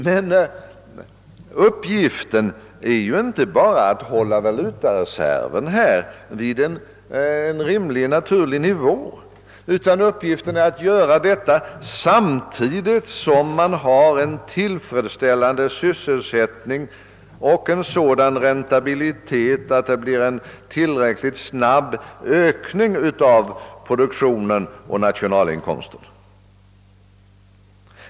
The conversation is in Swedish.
Men uppgiften är ju inte bara att hålla valutareserven vid en rimlig och naturlig nivå, utan uppgiften är att göra detta samtidigt som man har en god sysselsättning och en sådan räntabilitet hos företagen att det blir en tillräckligt snabb ökning av produktionen och nationalinkomsten.